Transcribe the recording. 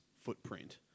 footprint